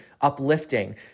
uplifting